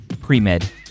Pre-Med